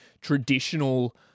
traditional